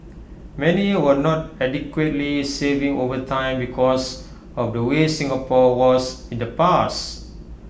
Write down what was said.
many were not adequately saving over time because of the way Singapore was in the past